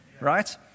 right